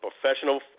professional